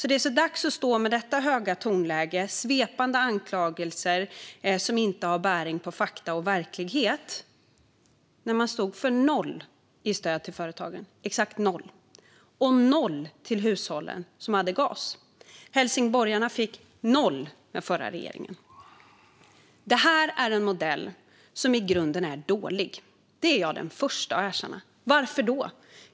Det är så dags att stå här med detta höga tonläge och komma med svepande anklagelser som inte har bäring på fakta och verklighet när man stod för exakt noll i stöd till företagen och noll till hushållen som har gas. Helsingborgarna fick noll med förra regeringens modell. Det här är en modell som är i grunden dålig. Det är jag den första att erkänna. Varför då?